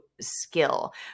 skill